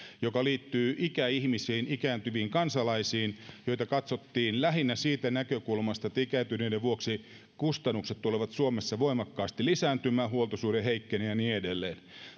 joka liittyy ikäihmisiin ikääntyviin kansalaisiin heitä katsottiin lähinnä siitä näkökulmasta että ikääntyneiden vuoksi kustannukset tulevat suomessa voimakkaasti lisääntymään huoltosuhde heikkenee ja niin edelleen